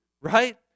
Right